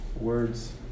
words